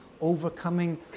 overcoming